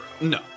No